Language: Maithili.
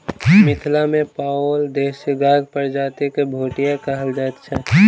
मिथिला मे पाओल देशी गायक प्रजाति के भुटिया कहल जाइत छै